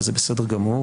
וזה בסדר גמור,